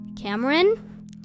Cameron